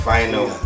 Final